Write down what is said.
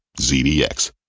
ZDX